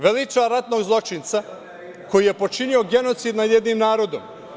Veliča ratnog zločinca koji je počinio genocid nad jednim narodom.